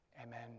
Amen